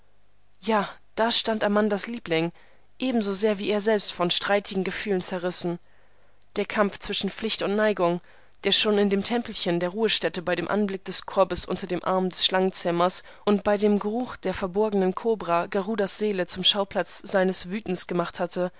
ja da stand amandas liebling ebenso sehr wie er selbst von streitigen gefühlen zerrissen der kampf zwischen pflicht und neigung der schon in dem tempelchen der ruhestätte bei dem anblick des korbes unter dem arm des schlangenzähmers und bei dem geruch der verborgenen kobra garudas seele zum schauplatz seines wütens gemacht hatte